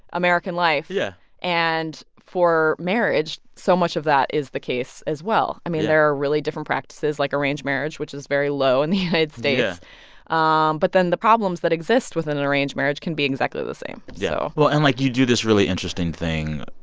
american life yeah and for marriage, so much of that is the case as well yeah i mean, there are really different practices, like arranged marriage, which is very low in the united states yeah um but then the problems that exist within an arranged marriage can be exactly the same yeah so. well, and, like, you do this really interesting thing.